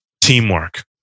teamwork